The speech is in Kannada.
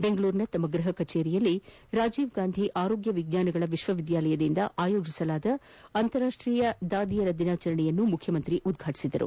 ಬೆಂಗಳೂರಿನ ತಮ್ಮ ಗೃಹ ಕಚೇರಿಯಲ್ಲಿ ರಾಜೀವ್ಗಾಂಧಿ ಆರೋಗ್ಯ ವಿಜ್ಞಾನಗಳ ವಿಶ್ವ ವಿದ್ಯಾಲಯದಿಂದ ಆಯೋಜಿಸಲಾದ ಅಂತಾರಾಷ್ಟೀಯ ಶುಶ್ರೂಷಕರ ದಿನಾಚರಣೆಯನ್ನು ಮುಖ್ಯಮಂತ್ರಿ ಉದ್ಘಾಟಿಸಿದರು